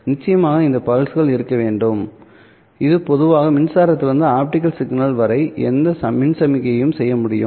நிச்சயமாக இந்த பிளஸ்கள் இருக்க வேண்டும் இது பொதுவாக மின்சாரத்திலிருந்து ஆப்டிகல் சிக்னல் வரை எந்த மின் சமிக்ஞையையும் செய்ய முடியும்